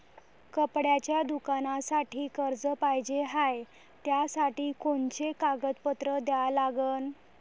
कपड्याच्या दुकानासाठी कर्ज पाहिजे हाय, त्यासाठी कोनचे कागदपत्र द्या लागन?